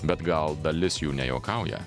bet gal dalis jų nejuokauja